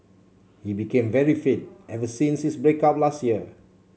he became very fit ever since his break up last year